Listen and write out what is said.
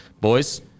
Boys